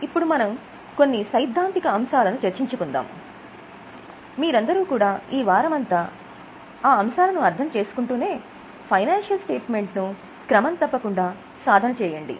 ఇప్పుడు మనం కొన్ని సైద్ధాంతిక అంశాలను ను క్రమం తప్పకుండా సాధన చేయండి